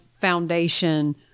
foundation